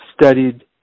studied